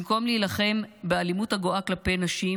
במקום להילחם באלימות הגואה כלפי נשים,